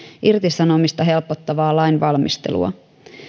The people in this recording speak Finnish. irtisanomista helpottavaa lainvalmistelua